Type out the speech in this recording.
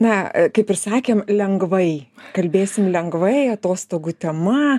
na kaip ir sakėm lengvai kalbėsim lengvai atostogų tema